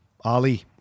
Ali